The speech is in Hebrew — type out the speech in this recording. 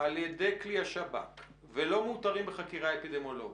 על ידי כלי השב"כ ולא מאותרים על ידי חקירה אפידמיולוגית,